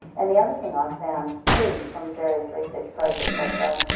and the other thing i've found too, from various research projects i've done,